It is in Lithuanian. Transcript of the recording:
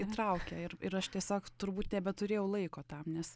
įtraukė ir ir aš tiesiog turbūt tebeturėjau laiko tam nes